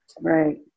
Right